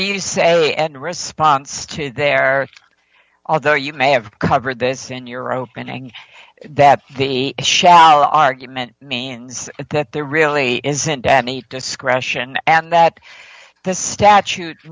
do you say at response to there although you may have covered this in your opening that the shall argument means that there really isn't any discretion and that this statute